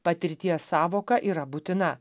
patirties sąvoka yra būtina